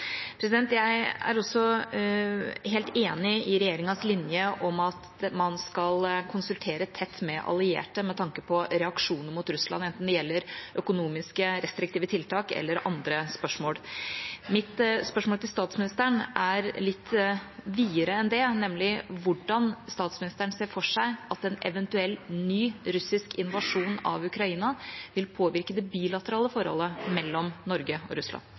Jeg er også helt enig i regjeringens linje om at man skal konsultere tett med allierte med tanke på reaksjoner mot Russland, enten det gjelder økonomisk restriktive tiltak eller andre spørsmål. Mitt spørsmål til statsministeren er litt videre enn det, nemlig: Hvordan ser statsministeren for seg at en eventuell ny russisk invasjon av Ukraina vil påvirke det bilaterale forholdet mellom Norge og Russland?